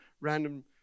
random